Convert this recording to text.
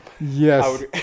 Yes